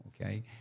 okay